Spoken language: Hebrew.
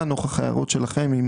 המנכ"ל או